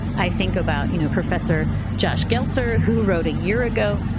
i think about you know professor josh geltzer who wrote a year ago,